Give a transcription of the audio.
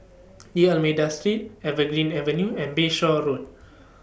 D'almeida Street Evergreen Avenue and Bayshore Road